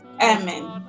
amen